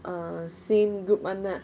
err same group [one] lah